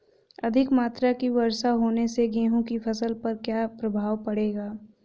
अधिक मात्रा की वर्षा होने से गेहूँ की फसल पर क्या प्रभाव पड़ेगा?